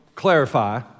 clarify